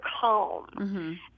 calm